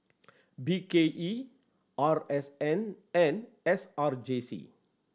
B K E R S N and S R J C